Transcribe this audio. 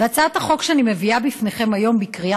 הצעת החוק שאני מביאה בפניכם היום בקריאה